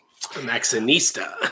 Maxinista